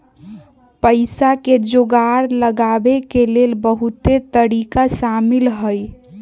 पइसा के जोगार लगाबे के लेल बहुते तरिका शामिल हइ